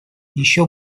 еще